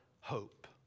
hope